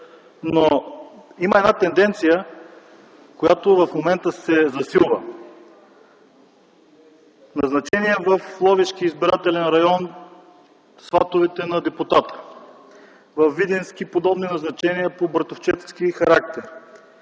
Но, има една тенденция, която в момента се засилва: назначения в Ловешки избирателен район – сватовете на депутата, във Видински подобни назначения по братовчедски характер.